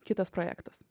kitas projektas